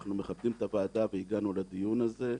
אנחנו מכבדים את הוועדה, ולכן הגענו לדיון הזה.